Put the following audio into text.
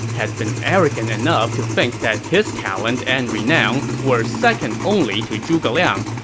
had been arrogant enough to think that his talent and renown were second only to zhuge liang,